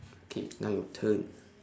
okay now your turn